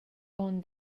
onn